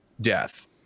death